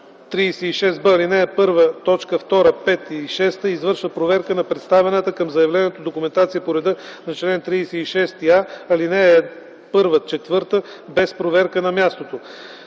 36б, ал. 1, т. 2, 5 и 6 извършва проверка на представената към заявлението документация по реда на чл. 36а, ал. 1-4 без проверка на място;